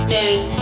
News